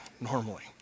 normally